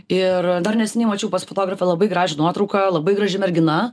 ir dar neseniai mačiau pas fotografę labai gražią nuotrauką labai graži mergina